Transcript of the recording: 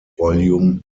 vol